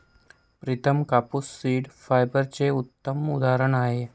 प्रितम कापूस सीड फायबरचे उत्तम उदाहरण आहे